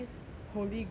holy grail